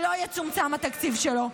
שלא יצומצם התקציב שלו.